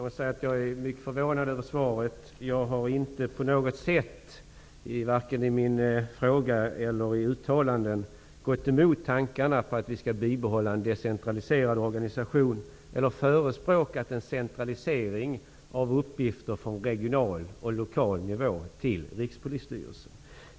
Fru talman! Jag är mycket förvånad över svaret. Jag har inte på något sätt, varken i min fråga eller i uttalanden, gått emot tankarna på att vi skall bibehålla en decentraliserad organisation eller förespråkat en centralisering av uppgifter från regional och lokal nivå till Rikspolisstyrelsen.